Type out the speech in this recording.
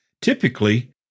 Typically